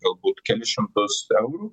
galbūt kelis šimtus eurų